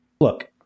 look